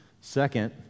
Second